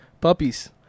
puppies